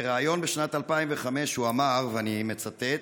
בריאיון בשנת 2005 הוא אמר, ואני מצטט: